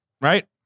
Right